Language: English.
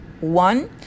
One